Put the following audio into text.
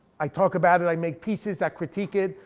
i talk about it, i make pieces that critique it,